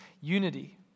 unity